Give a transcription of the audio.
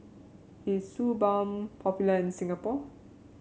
is Suu Balm popular in Singapore